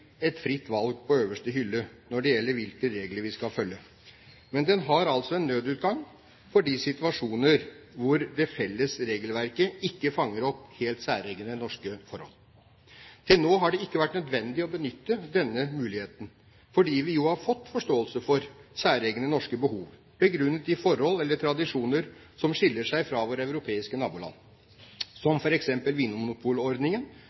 et fritt valg på øverste hylle når det gjelder hvilke regler vi skal følge, men den har en nødutgang for de situasjoner hvor det felles regelverket ikke fanger opp helt særegne norske forhold. Til nå har det ikke vært nødvendig å benytte denne muligheten, fordi vi har fått forståelse for særegne norske behov begrunnet i forhold eller tradisjoner som skiller seg fra våre europeiske naboland,